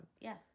Yes